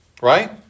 right